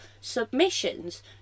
submissions